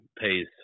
pays